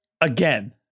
again